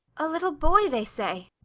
a little boy, they say.